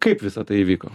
kaip visa tai įvyko